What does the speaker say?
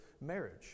marriage